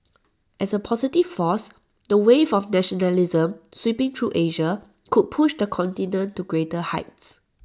as A positive force the wave of nationalism sweeping through Asia could push the continent to greater heights